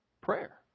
prayer